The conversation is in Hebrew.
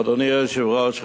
אדוני היושב-ראש,